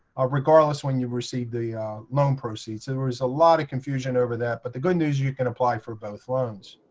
regardless when you received the loan proceeds. there was a lot of confusion over that but the good news you can apply for both loans.